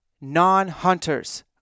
Non-hunters